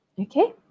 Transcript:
okay